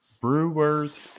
brewers